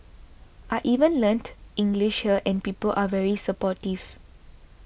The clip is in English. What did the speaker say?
I even learnt English here and people are very supportive